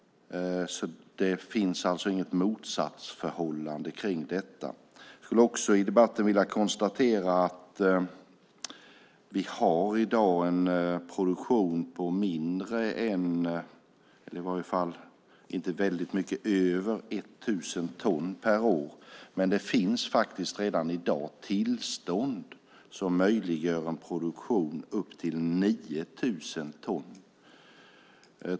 Det finns alltså inget motsatsförhållande där. Jag vill också konstatera att vi i dag har en produktion på inte mycket över 1 000 ton per år. Det finns redan i dag tillstånd som möjliggör en produktion upp till 9 000 ton.